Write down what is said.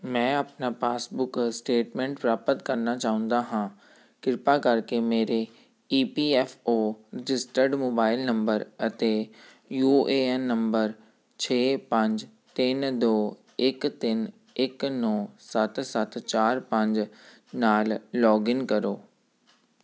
ਮੈਂ ਆਪਣਾ passbook statement ਪ੍ਰਾਪਤ ਕਰਨਾ ਚਾਹੁੰਦਾ ਹਾਂ ਕਿਰਪਾ ਕਰਕੇ ਮੇਰੇ E P F O registered mobile number ਅਤੇ ਯੂ ਏ ਐਨ ਨੰਬਰ ਛੇ ਪੰਜ ਤਿੰਨ ਦੋ ਇੱਕ ਤਿੰਨ ਇੱਕ ਨੌਂ ਸੱਤ ਸੱਤ ਚਾਰ ਪੰਜ ਨਾਲ ਲੌਗਇਨ ਕਰੋ